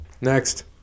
Next